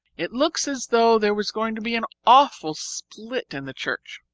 it looks as though there was going to be an awful split in the church.